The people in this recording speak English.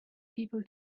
people